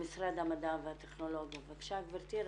ממשרד המדע והטכנולוגיה, בבקשה גברתי.